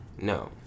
No